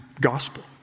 gospel